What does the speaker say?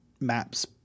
maps